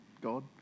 God